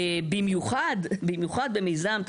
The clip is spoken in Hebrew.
אנחנו מכירים את